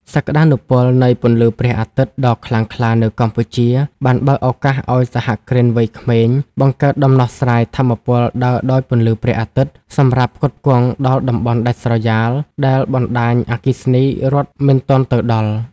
សក្ដានុពលនៃពន្លឺព្រះអាទិត្យដ៏ខ្លាំងក្លានៅកម្ពុជា បានបើកឱកាសឱ្យសហគ្រិនវ័យក្មេងបង្កើតដំណោះស្រាយថាមពលដើរដោយពន្លឺព្រះអាទិត្យ សម្រាប់ផ្គត់ផ្គង់ដល់តំបន់ដាច់ស្រយាលដែលបណ្ដាញអគ្គិសនីរដ្ឋមិនទាន់ទៅដល់។